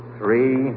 three